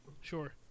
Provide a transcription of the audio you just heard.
Sure